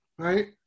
Right